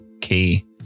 key